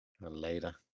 Later